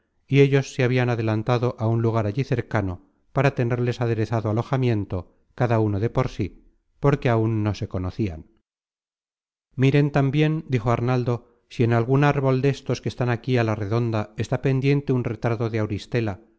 por orden de sus señores los habian dejado allí solos y ellos se habian alojamiento cada uno de por sí porque aun no se conocian miren tambien dijo arnaldo si en un árbol destos que están aquí á la redonda está pendiente un retrato de auristela